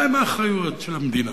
מהן האחריויות של המדינה?